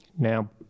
Now